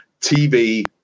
TV